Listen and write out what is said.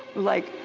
like,